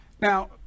Now